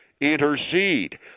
intercede